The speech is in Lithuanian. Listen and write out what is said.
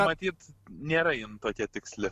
matyt nėra jin tokia tiksli